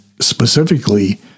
specifically